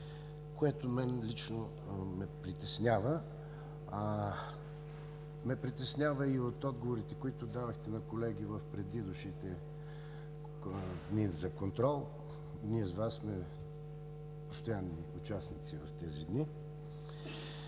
което мен лично ме притеснява. То ме притеснява и отговорите, които дадохте на колеги в предидущите дни за парламентарен контрол. Ние с Вас сме постоянни участници в тези дни.